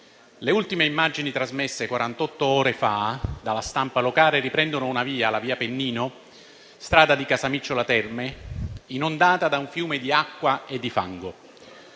Le ultime immagini trasmesse quarantotto ore fa dalla stampa locale riprendono via Pennino, strada di Casamicciola Terme, inondata da un fiume di acqua e fango.